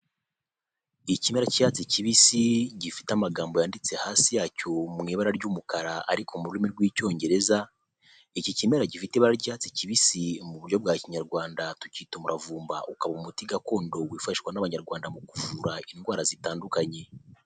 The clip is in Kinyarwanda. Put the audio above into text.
Ikimera cy'icyatsi kibisi gifite amagambo yanditse hasi yacyo mu ibara ry'umukara ariko mu rurimi rw'icyongereza, iki kimera gifite ibaracyatsi kibisi mu buryo bwa kinyarwanda tucyita umuravumba ukaba umuti gakondo wifashishwa n'abanyarwanda mu kuvura indwara zitandukanye.